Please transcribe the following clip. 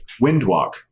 Windwalk